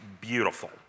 beautiful